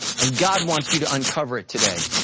and god wants you to uncover it today.